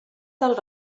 del